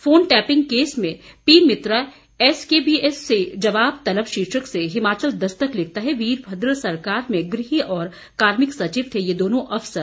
phone tapping case में पीमित्रा एसकेबीएस से जवाब तलब शीर्षक से हिमाचल दस्तक लिखता है वीरमद्र सरकार में गृह और कार्मिक सचिव थे ये दोनो अफसर